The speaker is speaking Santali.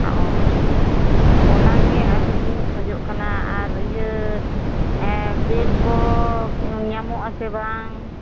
ᱚ ᱚᱱᱟ ᱜᱮ ᱟᱹᱞᱤᱧ ᱞᱤᱧ ᱠᱷᱚᱡᱚᱜ ᱠᱟᱱᱟ ᱟᱨ ᱤᱭᱟᱹ ᱵᱮᱹᱰ ᱠᱚ ᱧᱟᱢᱚᱜ ᱟᱥᱮ ᱵᱟᱝ